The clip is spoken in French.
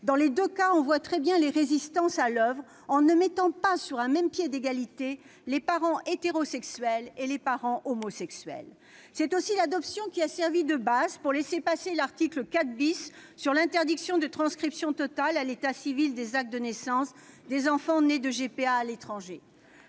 Dans les deux cas, on voit très bien les résistances à l'oeuvre, en ne mettant pas sur un pied d'égalité les parents hétérosexuels et les parents homosexuels. C'est aussi l'adoption qui a servi de base pour « laisser passer » l'article 4 sur l'interdiction de transcription totale à l'état civil des actes de naissance des enfants nés de GPA à l'étranger.